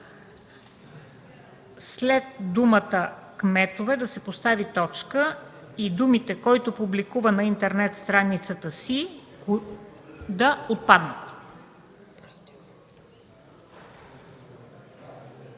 след думата „кметове” да се постави точка и думите „който публикува на интернет страницата си” да отпаднат.